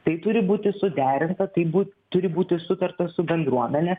tai turi būti suderinta tai būt turi būti sutarta su bendruomene